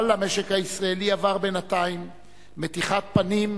אבל המשק הישראלי עבר בינתיים מתיחת פנים,